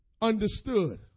understood